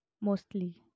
mostly